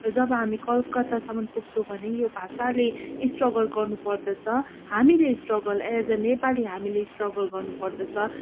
जब हामी कलकत्तासम्म पुग्छुौँ भने यो भाषाले स्ट्रगल गर्नुपर्दछ हामीले struggle as a Nepali struggle गर्नुपर्दछ